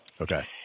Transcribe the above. Okay